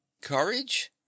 courage